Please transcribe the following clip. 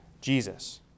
Jesus